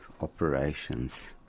operations